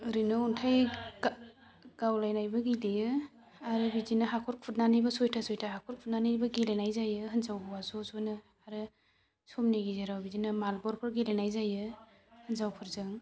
ओरैनो अन्थाइ गावलायनायबो गेलेयो आरो बिदिनो हाखर खुरनानैबो सयथा सयथा हाखर खुरनानैबो गेलेनाय जायो हिनजाव हौवा ज' ज'नो आरो समनि गेजेराव बिदिनो मार्बलफोर गेलेनाय जायो हिनजावफोरजों